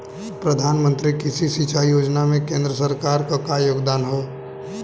प्रधानमंत्री कृषि सिंचाई योजना में केंद्र सरकार क का योगदान ह?